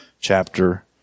chapter